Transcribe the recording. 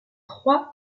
trois